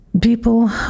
People